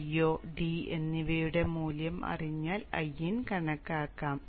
Io d എന്നിവയുടെ മൂല്യം അറിഞ്ഞാൽ Iin കണക്കാക്കാം